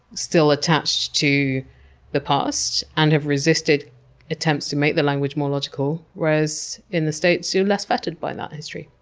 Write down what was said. still attached to the past and have resisted attempts to make the language more logical. whereas in the states you have less fettered by that history.